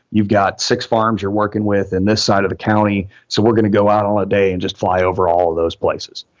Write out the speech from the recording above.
you've got six farms you're working with in this side of the county. so we're going to go out all day and just fly over all of those places.